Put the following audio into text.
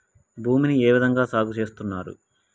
భూమిని ఏ విధంగా సాగు చేస్తున్నారు?